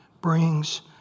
brings